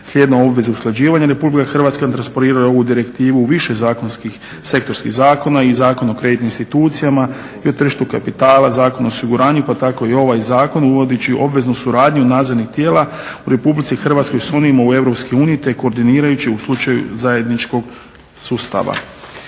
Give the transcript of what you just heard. Slijedno obveze usklađivanja Republike Hrvatske transpariralo je ovu direktivu u više zakonskih sektorskih zakona i Zakon o kreditnim institucijama i u tržištu kapitala, Zakon o osiguranju pa tako i ovaj zakon uvodeći obveznu suradnju nadzornih tijela u Republici Hrvatskoj s onima u Europskoj uniji, te koordinirajući u slučaju zajedničkog sustava.